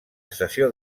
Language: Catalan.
estació